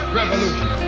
revolution